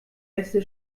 erste